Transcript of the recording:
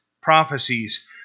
prophecies